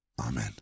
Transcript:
Amen